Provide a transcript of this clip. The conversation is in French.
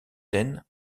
ten